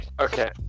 Okay